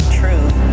truth